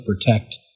protect